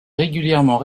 régulièrement